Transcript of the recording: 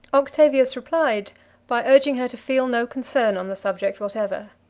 octavius replied by urging her to feel no concern on the subject whatever.